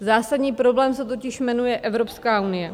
Zásadní problém se totiž jmenuje Evropská unie.